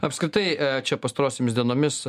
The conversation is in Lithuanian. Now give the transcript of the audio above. apskritai čia pastarosiomis dienomis